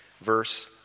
verse